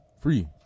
free